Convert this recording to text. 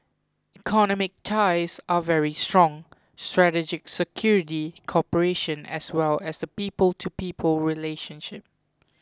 economic ties are very strong strategic security cooperation as well as the people to people relationship